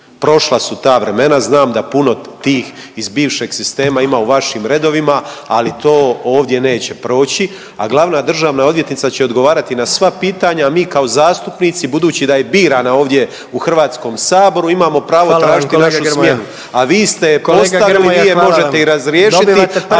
Prošla su ta vremena, znam da puno tih iz bivšeg sistema ima u vašim redovima, ali to ovdje neće proći. A glavna državna odvjetnica će odgovarati na sva pitanja, a mi kao zastupnici budući da je birana ovdje u Hrvatskom saboru imamo pravo tražiti …/Upadica: Hvala vam kolega Grmoja./…